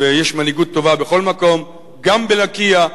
ויש מנהיגות טובה בכל מקום, גם בלקיה.